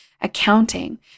accounting